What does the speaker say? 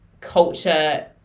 culture